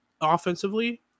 offensively